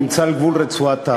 נמצא על גבול רצועת-עזה.